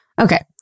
okay